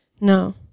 No